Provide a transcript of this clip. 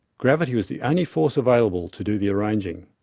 gravity was the only force available to do the arranging.